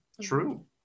True